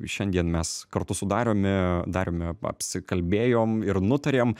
šiandien mes kartu su dariumi darome apsi kalbėjom ir nutarėm